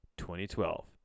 2012